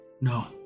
No